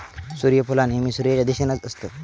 सुर्यफुला नेहमी सुर्याच्या दिशेनेच असतत